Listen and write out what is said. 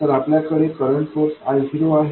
तर आपल्याकडे current source I0 आहे